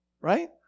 right